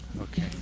Okay